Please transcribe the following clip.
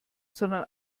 sondern